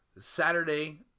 Saturday